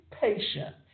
patient